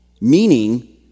meaning